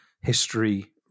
history